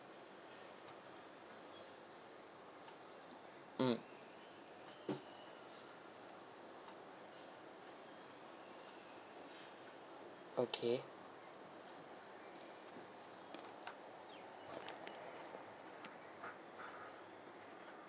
mm okay